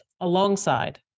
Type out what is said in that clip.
alongside